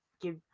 give